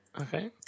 Okay